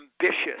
ambitious